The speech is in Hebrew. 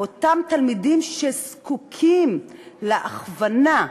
אותם ילדים שזקוקים להכוונה,